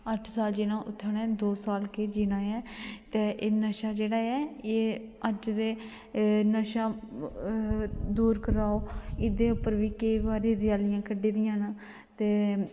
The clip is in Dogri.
अट्ठ साल जीना उत्थे उ'नें दो साल गै जीना ऐ ते एह् नशा जेह्ड़ा ऐ एह् अज्ज दे नशा दूर कराओ एह्दे उप्पर बी केईं बारी रैलियां कड्ढी दियां न ते